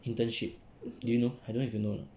internship do you know I don't know if you know or not